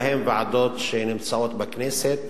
בהם ועדות שנמצאות בכנסת.